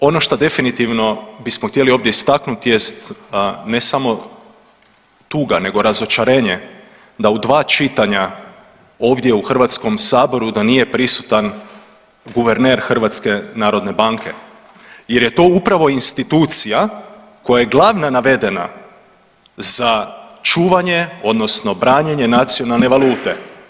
Dakle, ono što definitivno bismo htjeli ovdje istaknuti jest ne samo tuga, nego razočarenje da u dva čitanja ovdje u Hrvatskom saboru da nije prisutan guverner HNB-a jer je to upravo institucija koja je glavna navedena za čuvanje, odnosno branjenje nacionalne valute.